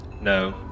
No